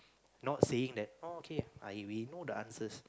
not saying that oh okay I will know the answers